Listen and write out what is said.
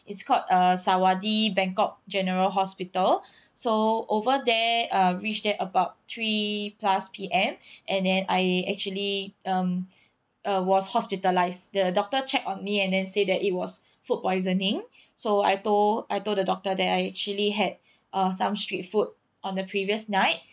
it's called uh sawatdee bangkok general hospital so over there uh reached there about three plus P_M and then I actually um uh was hospitalised the doctor checked on me and then said that it was food poisoning so I told I told the doctor that I actually had uh some street food on the previous night